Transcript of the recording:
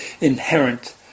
inherent